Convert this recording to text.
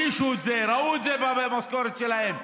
הרגישו את זה, ראו את זה במשכורת שלהם.